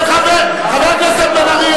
חבר הכנסת בן ארי.